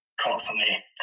constantly